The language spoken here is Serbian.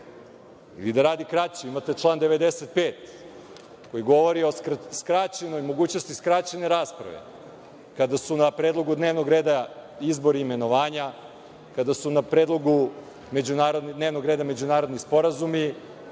da radi kraće, imate član 95, koji govori o mogućnosti skraćene rasprave, kada su na predlogu dnevnog reda izbori i imenovanja, kada su na predlogu dnevnog reda međunarodni sporazumi,